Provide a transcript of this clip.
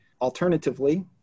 Alternatively